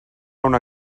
una